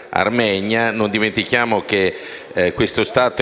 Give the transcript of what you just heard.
non dimentichiamo che l'Armenia è